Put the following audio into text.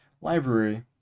library